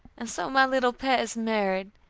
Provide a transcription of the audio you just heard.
and so my little pet is married?